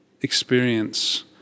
experience